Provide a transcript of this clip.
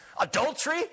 Adultery